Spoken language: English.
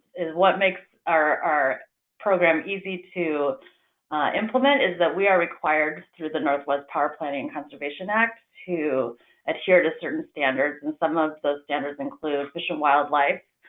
is what makes our program easy to implement is that we are required through the northwest power planting and conservation act to adhere to certain standards. and some of those standards include fish and wildlife,